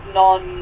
non